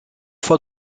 fois